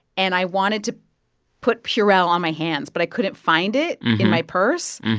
and i wanted to put purell on my hands. but i couldn't find it in my purse.